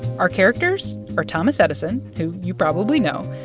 our characters are thomas edison, who you probably know,